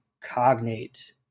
cognate